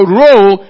role